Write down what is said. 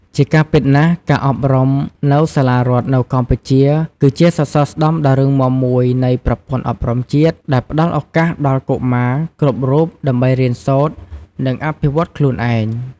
ជាការពិតណាស់ ការអប់រំនៅសាលារដ្ឋនៅកម្ពុជាគឺជា សសរស្តម្ភដ៏រឹងមាំមួយនៃប្រព័ន្ធអប់រំជាតិ ដែលផ្តល់ឱកាសដល់កុមារគ្រប់រូបដើម្បីរៀនសូត្រ និងអភិវឌ្ឍខ្លួនឯង។